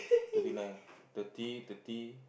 twenty nine thirty thirty